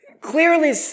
clearly